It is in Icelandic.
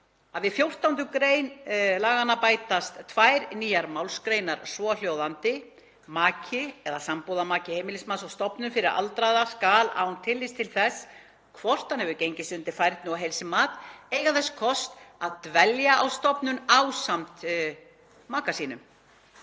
„Við 14. gr. laganna bætast tvær nýjar málsgreinar, svohljóðandi: Maki eða sambúðarmaki heimilismanns á stofnun fyrir aldraða skal, án tillits til þess hvort hann hafi gengist undir færni- og heilsumat, eiga þess kost að dvelja á stofnun ásamt